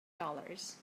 dollars